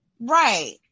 right